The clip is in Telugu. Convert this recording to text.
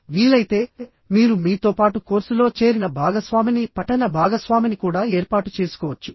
వీలైతే మీరు మీతో పాటు కోర్సులో చేరిన భాగస్వామిని పఠన భాగస్వామిని కూడా ఏర్పాటు చేసుకోవచ్చు